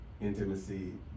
intimacy